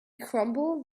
crumble